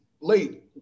late